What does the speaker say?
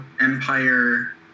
empire